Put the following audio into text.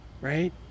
right